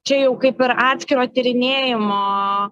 čia jau kaip ir atskiro tyrinėjimo